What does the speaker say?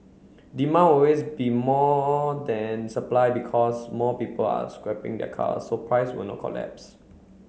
demand will always be more than supply because more people are scrapping their cars so price will not collapse